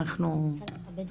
חכי.